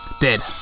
dead